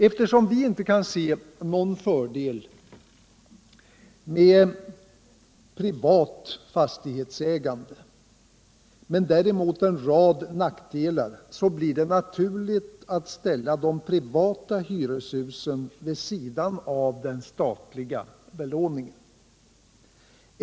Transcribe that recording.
Eftersom vi inte kan se någon fördel med privat fastighetsägande, men däremot er: rad nackdelar, blir det naturligt att ställa de privata hyreshusen vid sidan av den statliga belåningen.